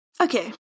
Okay